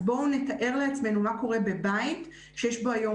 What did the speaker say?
אז בואו נתאר לעצמנו מה קורה בבית שיש בו היום